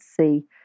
see